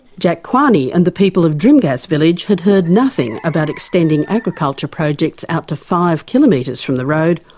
jack kwani and the people of drimgas village had heard nothing about extending agriculture projects out to five kilometres from the road,